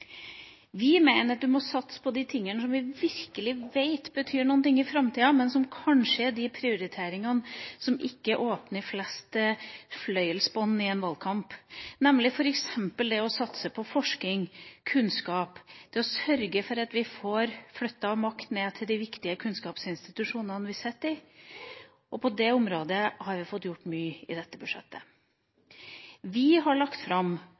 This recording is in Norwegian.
Vi mener at man må satse på de tingene som vi vet virkelig betyr noe i framtida, men som kanskje er de prioriteringene som ikke klipper flest fløyelsbånd i en valgkamp, nemlig f.eks. det å satse på forskning og kunnskap, og det å sørge for at vi får flyttet makt ned til de viktige kunnskapsinstitusjonene. På det området har vi fått gjort mye i dette budsjettet. Vi har lagt fram